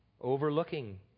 Overlooking